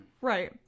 Right